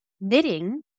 knitting